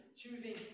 choosing